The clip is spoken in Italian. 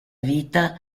vita